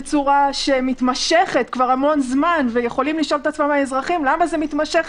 בצורה שמתמשכת המון זמן ויכולים לשאול עצמם האזרחים: למה זה מתמשך?